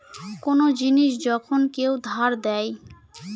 কোন জিনিস যখন কেউ ধার দেয়